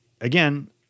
again